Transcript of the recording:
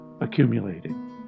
accumulating